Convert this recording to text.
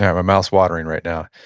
yeah my mouth's watering right now.